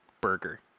burger